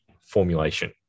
formulation